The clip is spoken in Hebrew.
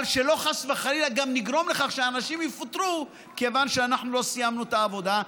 אבל שחס וחלילה לא נגרום לכך שאנשים יפוטרו כיוון שלא סיימנו את העבודה.